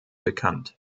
bekannt